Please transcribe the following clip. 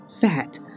fat